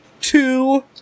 two